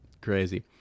crazy